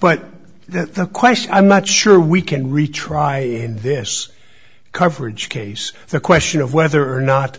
but that's the question i'm not sure we can retry this coverage case the question of whether or not